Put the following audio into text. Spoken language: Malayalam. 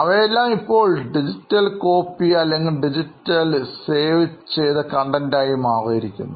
അവയെല്ലാം ഇപ്പോൾ ഡിജിറ്റൽ കോപ്പി അല്ലെങ്കിൽ ഡിജിറ്റൽ സേവ് ചെയ്ത കണ്ടൻറ് ആയി മാറിയിരിക്കുന്നു